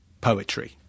poetry